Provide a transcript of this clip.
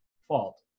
fault